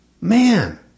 Man